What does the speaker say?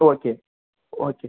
okay okay